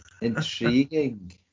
Intriguing